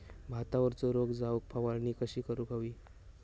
भातावरचो रोग जाऊक फवारणी कशी करूक हवी?